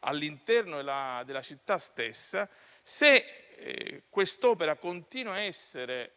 all'interno della città stessa. Se quest'opera continua a essere